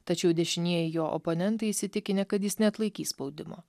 tačiau dešinieji jo oponentai įsitikinę kad jis neatlaikys spaudimo